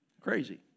Crazy